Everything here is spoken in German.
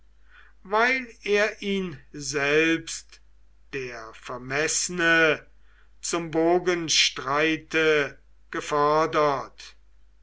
weil er ihn selbst der vermeßne zum bogenstreite gefordert